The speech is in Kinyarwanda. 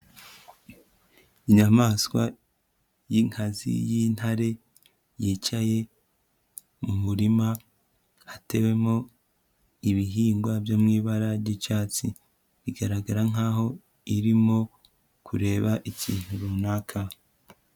Inyamaswa y'inkazi y'intare, yicaye mu murima hatewemo ibihingwa byo mu ibara ry'icyatsi, igaragara nkaho irimo kureba ikintu runaka.